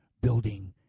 building